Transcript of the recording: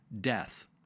death